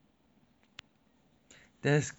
that's good